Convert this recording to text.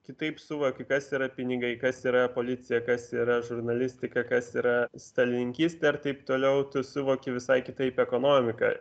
kitaip suvoki kas yra pinigai kas yra policija kas yra žurnalistika kas yra stalininkystė ir taip toliau tu suvoki visai kitaip ekonomiką